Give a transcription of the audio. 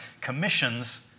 commissions